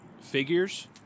figures